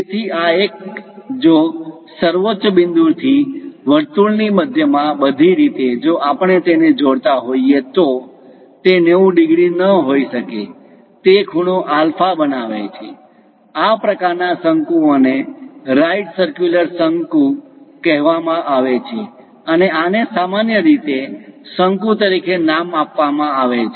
તેથી આ એક જો સર્વોચ્ચ બિંદુ થી વર્તુળ ની મધ્યમાં બધી રીતે જો આપણે તેને જોડાતા હોઈએ તો તે 90 ડિગ્રી ન હોઈ શકે તે ખૂણો આલ્ફા બનાવે છે આ પ્રકારના શંકુઓ ને રાઈટ સરક્યુલર શંકુ right circular cone right circular cone કહેવામાં આવે છે અને આને સામાન્ય રીતે શંકુ તરીકે નામ આપવામાં આવે છે